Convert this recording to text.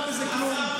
לא היה בזה כלום.